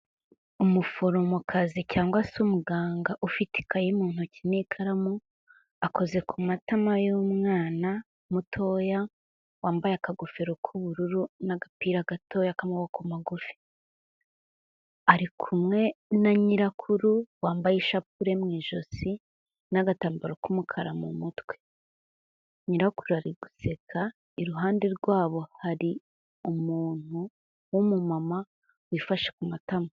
Umuforomokazi cyangwa se umuganga ufite ikayi mu ntoki n'ikaramu, akoze ku matama y'umwana mutoya, wambaye akagofero k'ubururu n'agapira gatoya k'amaboko magufi, ari kumwe na nyirakuru wa ishapule mu ijosi n'agatambaro k'umukara mu mutwe, nyirakuru ari guseka iruhande rwabo hari umuntu w'umumama wifashe ku matama.